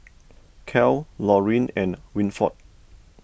Cal Lorin and Winford